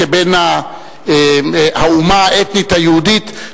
כבן האומה האתנית היהודית,